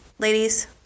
Ladies